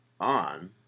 on